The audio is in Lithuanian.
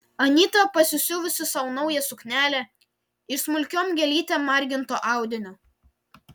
anyta pasisiuvusi sau naują suknelę iš smulkiom gėlytėm marginto audinio